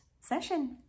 session